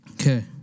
Okay